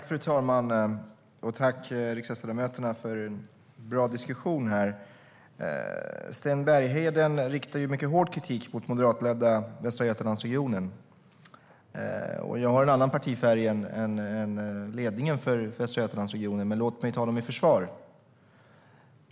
Fru talman! Tack, riksdagsledamöterna, för en bra diskussion! Sten Bergheden riktar mycket hård kritik mot moderatledda Västra Götalandsregionen. Jag har en annan partifärg än ledningen för Västra Götalandsregionen, men låt mig ta dem i försvar.